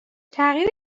تغییر